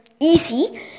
easy